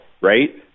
right